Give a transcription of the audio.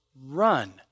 Run